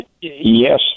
Yes